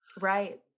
right